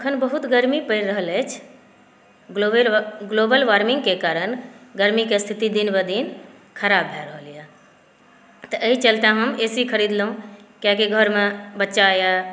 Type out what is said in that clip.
अखन बहुत गरमी परि रहल अछि ग्लोबल ग्लोबल वॉर्मिंगके कारण गरमीके स्थिति दिनबदिन ख़राब भए रहले यऽ तऽ एहि चलते हम ए सी ख़रीदलहुँ कियाकि घरमे बच्चा यऽ